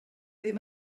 ddim